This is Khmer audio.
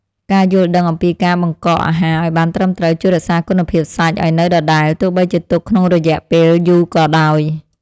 ការយល់ដឹងអំពីការបង្កកអាហារឱ្យបានត្រឹមត្រូវជួយរក្សាគុណភាពសាច់ឱ្យនៅដដែលទោះបីជាទុកក្នុងរយៈពេលយូរក៏ដោយ។